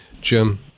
Jim